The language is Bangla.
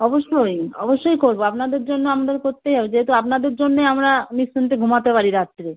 অবশ্যই অবশ্যই করবো আপনাদের জন্য আমদের করতেই হবে যেহেতু আপনাদের জন্যই আমরা নিশ্চিন্তে ঘুমাতে পারি রাত্রে